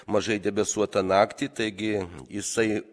mažai debesuotą naktį taigi jisai